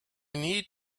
need